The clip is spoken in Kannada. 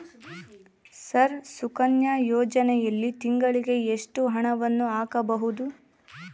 ಸರ್ ಸುಕನ್ಯಾ ಯೋಜನೆಯಲ್ಲಿ ತಿಂಗಳಿಗೆ ಎಷ್ಟು ಹಣವನ್ನು ಹಾಕಬಹುದು?